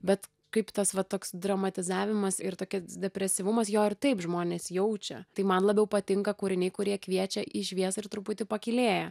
bet kaip tas va toks dramatizavimas ir tokia depresyvumas jo ir taip žmonės jaučia tai man labiau patinka kūriniai kurie kviečia į šviesą ir truputį pakylėja